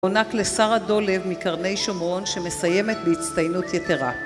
מוענק לשרה דולב מקרני שומרון שמסיימת בהצטיינות יתרה